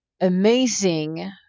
amazing